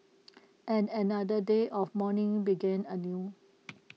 and another day of mourning began anew